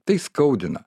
tai skaudina